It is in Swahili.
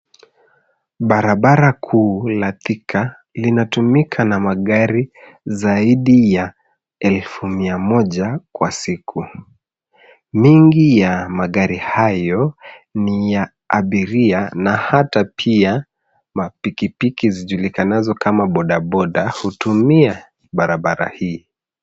Barabara kuu la Thika linatumika na magari zaidi ya elfu mia moja kwa siku, mingi ya magari hayo ni ya abiria hata pia mapikipiki zijulikanazo kama bodaboda hutumia barabara hii.